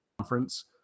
conference